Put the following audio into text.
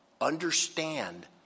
Understand